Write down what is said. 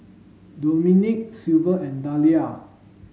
Domenick Silvia and Dalia